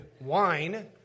wine